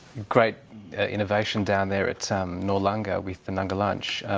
great innovation down there at noarlunga with the nunga lunch.